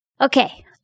Okay